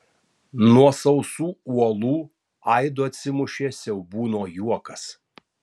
nuo sausų uolų aidu atsimušė siaubūno juokas